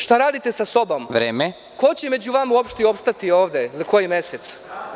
Šta radite sa sobom? (Predsednik: Vreme.) Ko će među vama u opšte i opstati ovde za koji mesec?